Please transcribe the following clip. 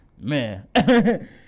man